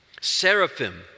Seraphim